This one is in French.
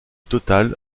total